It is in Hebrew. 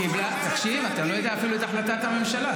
תקשיב, אתה אפילו לא יודע מה החלטת הממשלה.